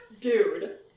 dude